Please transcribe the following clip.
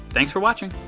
thanks for watching.